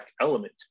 element